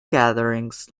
gatherings